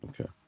okay